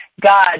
God